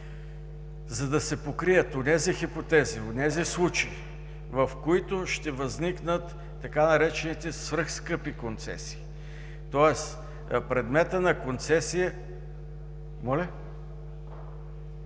реч да се покрият онези хипотези, онези случаи, в които ще възникнат така наречените „свръхскъпи концесии“, тоест предметът на концесия ще